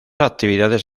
actividades